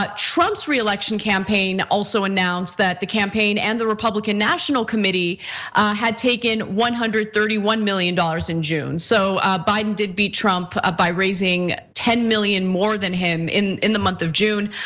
ah trump's re-election campaign also announced that the campaign and the republican national committee had taken one hundred and thirty one million dollars in june. so, biden did beat trump ah by raising ten million more than him in in the month of june.